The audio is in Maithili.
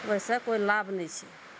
ओहि सऽ कोइ लाभ नहि छै